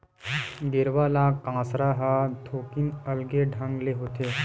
गेरवा ले कांसरा ह थोकिन अलगे ढंग ले होथे